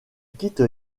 quitte